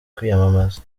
kwiyamamaza